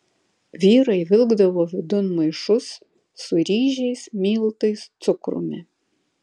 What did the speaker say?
vyrai vilkdavo vidun maišus su ryžiais miltais cukrumi